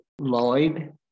Lloyd